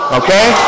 okay